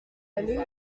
allés